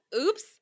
Oops